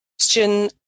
question